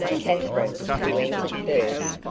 katherine, who entered first,